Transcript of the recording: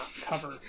cover